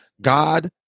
God